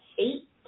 Eight